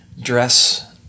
dress